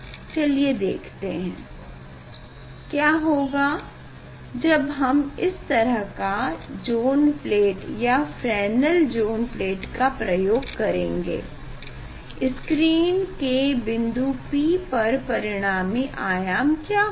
चलिये देखते हैं क्या होगा जब हम इस तरह का ज़ोन प्लेट या फ्रेनेल ज़ोन प्लेट का प्रयोग करेंगे स्क्रीन के बिन्दु P पर परिणामी आयाम क्या होगा